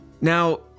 Now